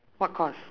what course